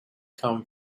come